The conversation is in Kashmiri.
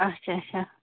اچھا اچھا